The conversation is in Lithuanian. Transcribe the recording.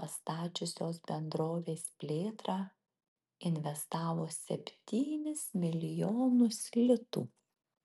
pastačiusios bendrovės plėtrą investavo septynis milijonus litų